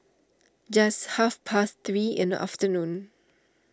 just half past three in the afternoon